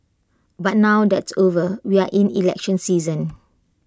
but now that's over we are in election season